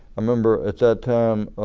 i remember at that time,